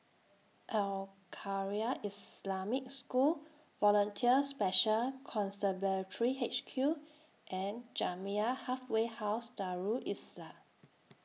Al Khairiah Islamic School Volunteer Special Constabulary H Q and Jamiyah Halfway House Darul Islah